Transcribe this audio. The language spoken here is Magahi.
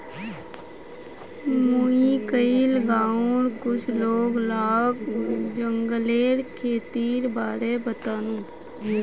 मुई कइल गांउर कुछ लोग लाक जंगलेर खेतीर बारे बतानु